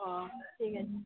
ও ঠিক আছে